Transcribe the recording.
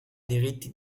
diritti